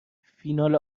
فینال